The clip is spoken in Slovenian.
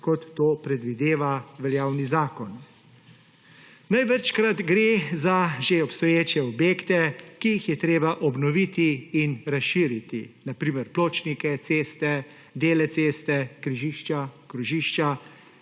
kot to predvideva veljavni zakon. Največkrat gre za že obstoječe objekte, ki jih je treba obnoviti in razširiti, na primer pločnike, ceste, dele ceste, križišča, krožišča